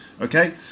Okay